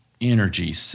energy